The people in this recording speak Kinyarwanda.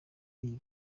iyi